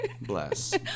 Bless